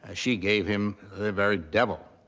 ah she gave him the very devil.